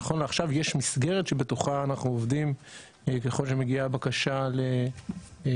נכון לעכשיו יש מסגרת שבתוכה אנחנו עובדים ככל שמגיעה בקשה לייצוא,